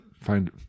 find